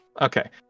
Okay